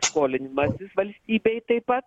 skolinimasis valstybei taip pat